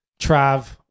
Trav